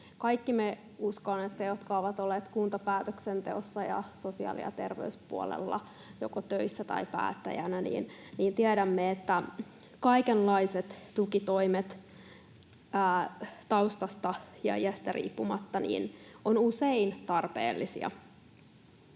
Kaikki me, uskon, jotka olemme olleet kuntapäätöksenteossa ja sosiaali- ja terveyspuolella joko töissä tai päättäjänä, tiedämme, että kaikenlaiset tukitoimet taustasta ja iästä riippumatta ovat usein tarpeellisia.